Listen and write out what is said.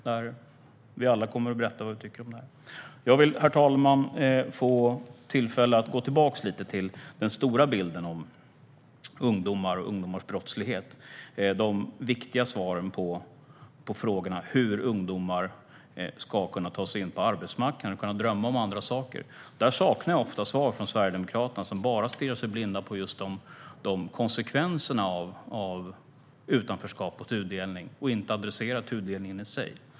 Då kommer vi alla att berätta vad vi tycker om detta. Jag vill få tillfälle att gå tillbaka lite till den stora bilden av ungdomar och ungdomars brottslighet, herr talman, liksom till de viktiga svaren på frågorna hur ungdomar ska kunna ta sig in på arbetsmarknaden och drömma om andra saker. Där saknar jag ofta svar från Sverigedemokraterna, som bara stirrar sig blinda på konsekvenserna av utanförskap och tudelning och inte adresserar tudelningen i sig.